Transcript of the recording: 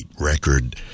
record